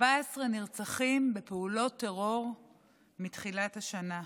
14 נרצחים בפעולות טרור מתחילת השנה: